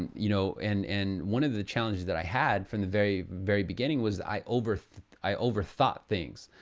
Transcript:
you know, and and one of the challenges that i had from the very very beginning, was i overthought i overthought things.